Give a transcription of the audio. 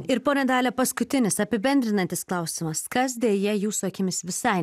ir ponia dalia paskutinis apibendrinantis klausimas kas deja jūsų akimis visai